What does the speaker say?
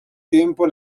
tempo